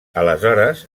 aleshores